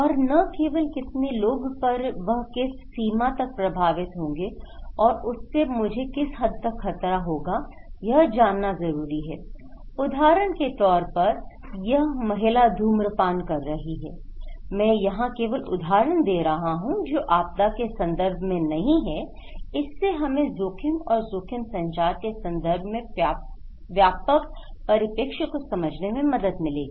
और न केवल कितने लोग पर वह किस सीमा तक प्रभावित होंगे और उससे मुझे किस हद तक खतरा होगा यह जानना जरूरी है उदाहरण के तौर पर यह महिला धूम्रपान कर रही है मैं यहां केवल उदाहरण दे रहा हूं जो आपदा के संदर्भ में नहीं है इससे हमें जोखिम और जोखिम संचार के संदर्भ में व्यापक परिप्रेक्ष्य को समझने में मदद मिलेगी